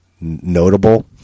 notable